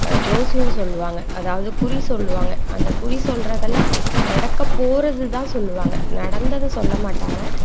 ஜோசியம் சொல்லுவாங்க அதாவது குறி சொல்லுவாங்க அந்த குறி சொல்கிறதெல்லாம் நடக்க போகிறதுதான் சொல்லுவாங்க நடந்ததை சொல்ல மாட்டாங்க